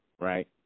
right